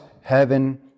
heaven